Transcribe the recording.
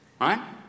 right